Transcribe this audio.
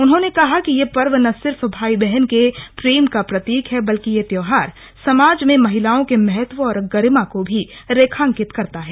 उन्होंने कहा कि यह पर्व न सिर्फ भाई बहन के प्रेम का प्रतीक है बल्कि ये त्यौहार समाज में महिलाओं के महत्व और गरिमा को भी रेखांकित करता है